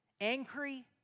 angry